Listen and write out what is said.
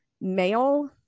male